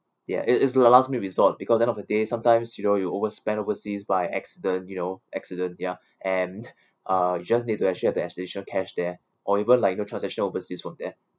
ya is is a last resort because end of a day sometimes you know you overspend overseas by accident you know accident ya and uh you just need to actually have the extension cash there or even like you know transaction overseas from there